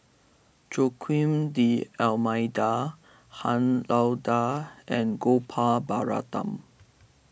Joaquim D'Almeida Han Lao Da and Gopal Baratham